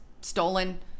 stolen